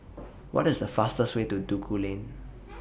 What IS The fastest Way to Duku Lane